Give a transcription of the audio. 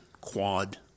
quad